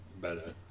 better